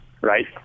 right